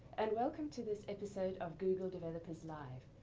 and welcome to this episode of google developers live.